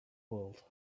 world